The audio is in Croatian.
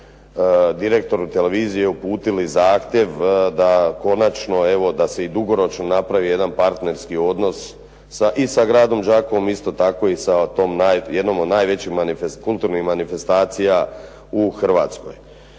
direktoru televizije uputili zahtjev konačno da se dugoročno napravi jedan partnerski odnos i sa gradom Đakovom isto tako i sa tom jednom od kulturnih manifestacija u Hrvatskoj.